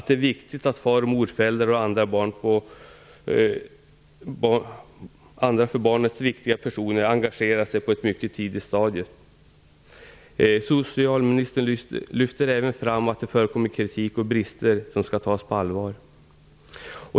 Det är viktigt att far och morföräldrar och andra för barnet viktiga personer engageras på ett mycket tidigt stadium. Socialministern lyfter även fram att det förekommit kritik och brister som skall tas på allvar.